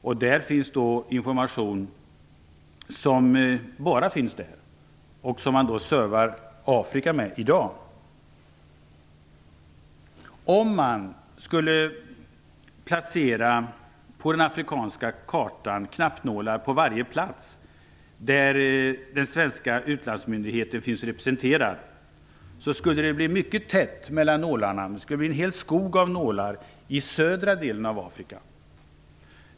Det är fråga om information som bara finns på Nordiska afrikainstitutet och som man i dag förser Afrika med. Om man på den afrikanska kartan skulle placera knappnålar på varje plats där den svenska utlandsmyndigheten finns representerad skulle det bli en hel skog av nålar i den södra delen av Afrika.